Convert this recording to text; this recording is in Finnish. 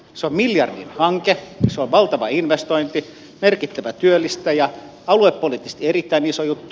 se on miljardin hanke se on valtava investointi merkittävä työllistäjä aluepoliittisesti erittäin iso juttu